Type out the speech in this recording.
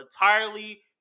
entirely